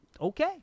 Okay